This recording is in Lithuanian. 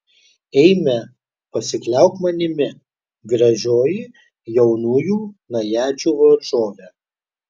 eime pasikliauk manimi gražioji jaunųjų najadžių varžove